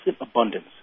abundance